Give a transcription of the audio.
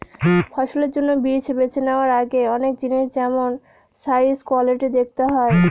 ফসলের জন্য বীজ বেছে নেওয়ার আগে অনেক জিনিস যেমল সাইজ, কোয়ালিটি দেখতে হয়